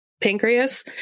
pancreas